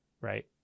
right